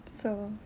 so